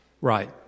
Right